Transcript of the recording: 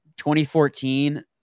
2014